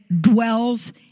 dwells